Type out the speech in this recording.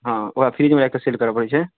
हँ ओकरा फ्रिजमे राखि कऽ सेल करय पड़ै छै